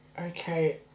okay